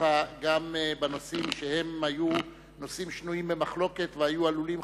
גם בנושאים שהיו שנויים במחלוקת והיו עלולים,